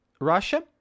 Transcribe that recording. russia